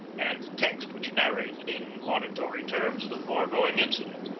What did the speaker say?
and text which narrated in lauda tory terms the foregoing incident.